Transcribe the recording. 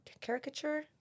caricature